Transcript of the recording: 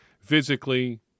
physically